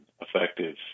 effective